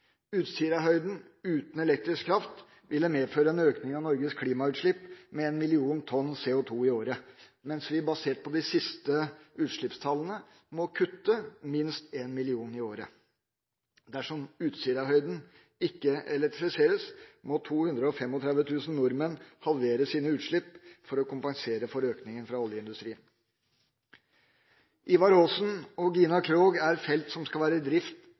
Utsirahøyden uten elektrisk kraft ville medføre en økning av Norges klimautslipp med en million tonn CO2 i året, mens vi basert på de siste utslippstallene må kutte minst en million i året. Dersom Utsirahøyden ikke elektrifiseres, må 235 000 nordmenn halvere sine utslipp for å kompensere for økninga fra oljeindustrien. Ivar Aasen og Gina Krog er felt som skal være i drift